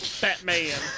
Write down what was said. Batman